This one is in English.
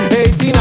18